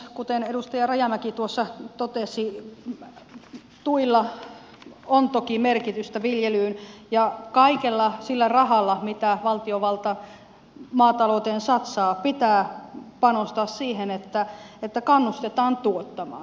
kuten edustaja rajamäki tuossa totesi tuilla on toki merkitystä viljelylle ja kaikella sillä rahalla mitä valtiovalta maatalouteen satsaa pitää panostaa siihen että kannustetaan tuottamaan